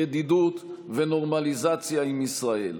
ידידות ונורמליזציה עם ישראל.